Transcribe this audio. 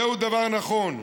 זהו דבר נכון.